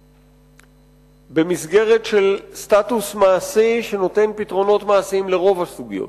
משותפים במסגרת של סטטוס מעשי שנותן פתרונות מעשיים לרוב הסוגיות,